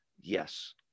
Yes